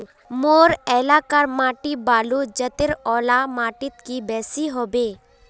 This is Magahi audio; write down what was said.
मोर एलाकार माटी बालू जतेर ओ ला माटित की बेसी हबे?